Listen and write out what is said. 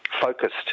focused